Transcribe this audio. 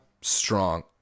Strong